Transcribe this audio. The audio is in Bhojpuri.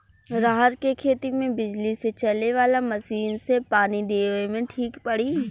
रहर के खेती मे बिजली से चले वाला मसीन से पानी देवे मे ठीक पड़ी?